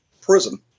prison